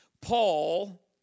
Paul